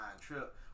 trip